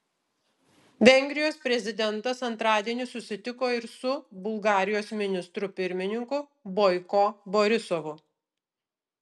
vengrijos prezidentas antradienį susitiko ir su bulgarijos ministru pirmininku boiko borisovu